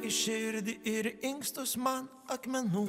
į širdį ir inkstus man akmenų